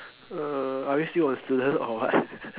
uh are you still a student or what